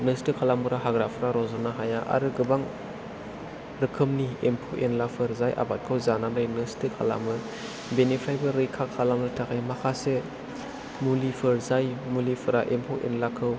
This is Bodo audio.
नस्त' खालामग्रा हाग्राफोरा रज'नो हाया आरो गोबां रोखोमनि एम्फौ एनलाफोर जाय आबादखौ जानानै नस्त' खालामो बिनिफ्रायबो रैखा खालामनो थाखाय माखासे मुलिफोर जाय मुलिफोरा एम्फौ एनलाखौ